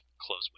Close